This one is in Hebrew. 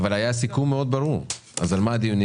אבל היה סיכום מאוד ברור, אז על מה הדיונים?